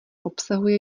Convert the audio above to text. obsahuje